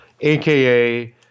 aka